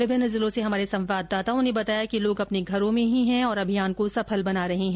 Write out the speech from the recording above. विभिन्न जिलों से हमारे संवाददाताओं ने बताया कि लोग अपने घरों में ही है और अभियान को सफल बना रहे है